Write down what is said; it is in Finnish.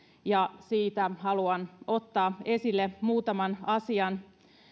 ja siitä haluan ottaa esille muutaman asian